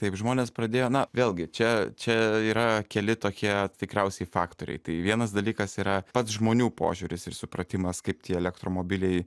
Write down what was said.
taip žmonės pradėjo na vėlgi čia čia yra keli tokie tikriausiai faktoriai tai vienas dalykas yra pats žmonių požiūris ir supratimas kaip tie elektromobiliai